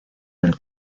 del